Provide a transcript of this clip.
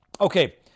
Okay